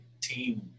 team